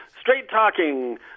straight-talking